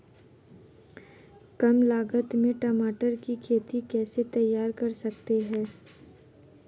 कम लागत में टमाटर की खेती कैसे तैयार कर सकते हैं?